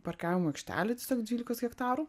parkavimo aikštelė tiesiog dvylikos hektarų